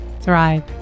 thrive